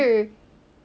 orh